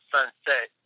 Sunset